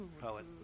poet